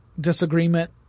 disagreement